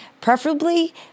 preferably